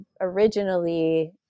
originally